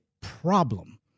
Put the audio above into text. problem